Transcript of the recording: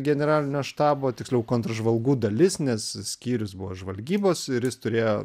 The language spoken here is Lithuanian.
generalinio štabo tiksliau kontržvalgų dalis nes skyrius buvo žvalgybos ir jis turėjo